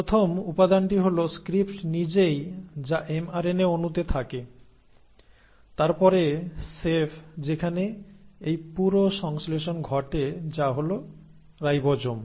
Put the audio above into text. প্রথম উপাদানটি হল স্ক্রিপ্ট নিজেই যা এমআরএনএ অণুতে থাকে তারপরে শেফ যেখানে এই পুরো সংশ্লেষণ ঘটে যা হল রাইবোজোম